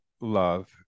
love